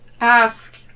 ask